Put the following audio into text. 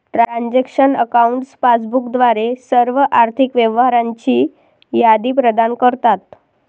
transaction accounts passbook द्वारे सर्व आर्थिक व्यवहारांची यादी प्रदान करतात